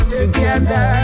together